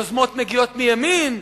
יוזמות מגיעות מימין,